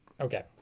Okay